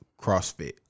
CrossFit